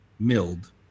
milled